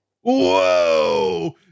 Whoa